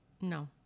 no